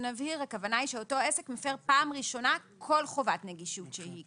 הכוונה היא שאותו עסק מפר פעם ראשונה כל חובת נגישות שהיא.